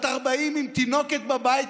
בת 40 עם תינוקת בבית,